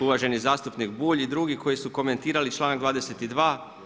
Uvaženi zastupnik Bulj i drugi koji su komentirali članak 22.